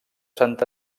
sant